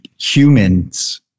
humans